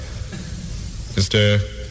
Mr